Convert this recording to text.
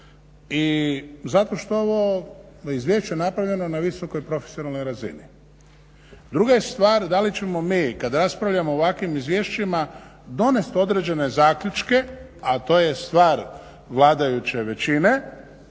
i zato što ovo izvješće napravljeno na visokoj profesionalnoj razini. Druga je stvar da li ćemo mi kad raspravljamo o ovakvim izvješćima donijeti određene zaključke a to je stvar vladajuće većine